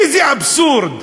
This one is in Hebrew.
איזה אבסורד.